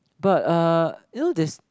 but uh you know there